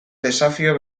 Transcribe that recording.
desafio